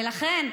ולכן,